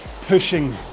pushing